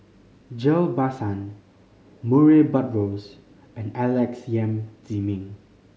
Ghillie Basan Murray Buttrose and Alex Yam Ziming